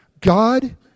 God